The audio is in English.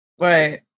Right